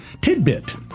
Tidbit